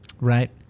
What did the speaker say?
right